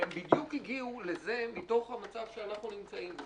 והם בדיוק הגיעו לזה מתוך המצב שאנחנו נמצאים.